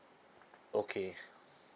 okay